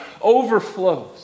overflows